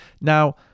Now